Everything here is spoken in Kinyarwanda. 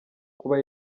kuba